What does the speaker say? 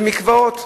ועל מקוואות,